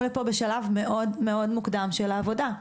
לפה בשלב מאוד מאוד מוקדם של העבודה,